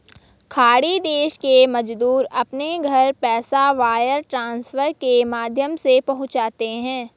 खाड़ी देश के मजदूर अपने घर पैसा वायर ट्रांसफर के माध्यम से पहुंचाते है